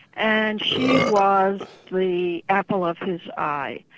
and she was the apple of his eye.